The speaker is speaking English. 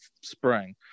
spring